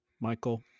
Michael